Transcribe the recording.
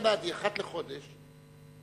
אחת לשבוע,